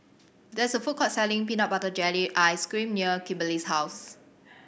there is a food court selling peanut butter jelly ice cream behind Kimberly's house